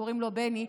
קוראים לו בני,